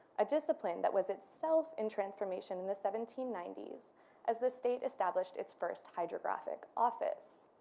a discipline that was itself in transformation in the seventeen ninety s as the state established it's first hydrographic office.